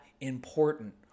important